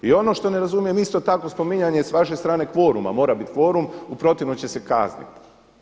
I ono što ne razumijem isto tako spominjanje s vaše strane kvoruma, mora biti kvorum u protivnom će se kazniti.